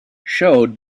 showed